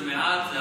זה מעט?